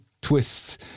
twists